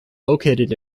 located